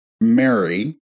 mary